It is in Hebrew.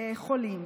חולים.